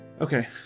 Okay